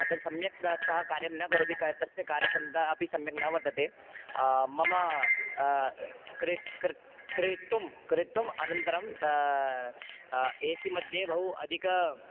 त सम्यक्तया कार्यं न करोति क तस्य कार्यक्षमता अपि सम्यक् न वर्तते मम क्रे कर्त् क्रेतुं क्रेतुम् अनन्तरं त श् एसिमध्ये बहु अधिकम्